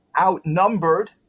outnumbered